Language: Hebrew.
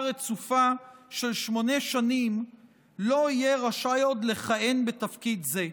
רצופה של שמונה שנים לא יהיה רשאי עוד לכהן בתפקיד זה.